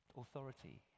authority